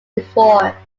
before